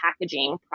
packaging